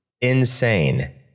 insane